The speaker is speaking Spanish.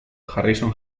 harrison